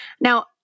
Now